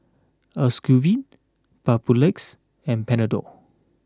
Ocuvite Papulex and Panadol